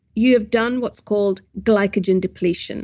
you have done what's called glycogen depletion